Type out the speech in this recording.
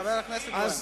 חבר הכנסת בוים.